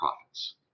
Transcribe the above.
profits